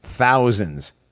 Thousands